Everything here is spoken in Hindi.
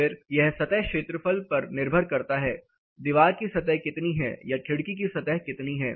फिर यह सतह क्षेत्रफल पर निर्भर करता है दीवार की सतह कितनी है या खिड़की की सतह कितनी है